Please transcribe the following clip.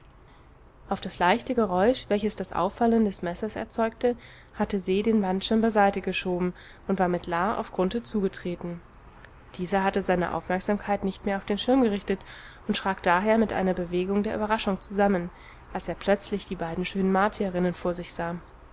auf das leichte geräusch welches das auffallen des messers erzeugte hatte se den wandschirm beiseite geschoben und war mit la auf grunthe zugetreten dieser hatte seine aufmerksamkeit nicht mehr auf den schirm gerichtet und schrak daher mit einer bewegung der überraschung zusammen als er plötzlich die beiden schönen martierinnen vor sich sah